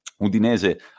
Udinese